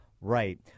Right